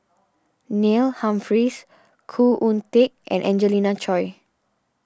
Neil Humphreys Khoo Oon Teik and Angelina Choy